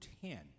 ten